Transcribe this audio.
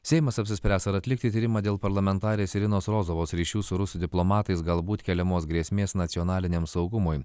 seimas apsispręs ar atlikti tyrimą dėl parlamentarės irinos rozovos ryšių su rusų diplomatais galbūt keliamos grėsmės nacionaliniam saugumui